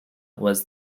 was